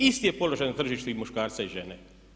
Isti je položaj na tržištu i muškarca i žene.